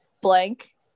Blank